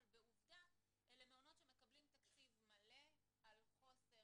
אבל בעובדה אלה מעונות שמקבלים תקציב מלא על חוסר